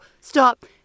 stop